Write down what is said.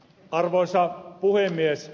arvoisa puhemies